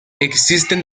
existen